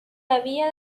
había